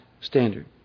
standard